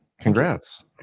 Congrats